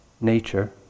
nature